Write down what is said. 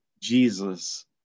Jesus